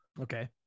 Okay